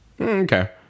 Okay